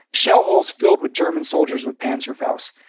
shell holes filled with german soldiers with panzerfaust.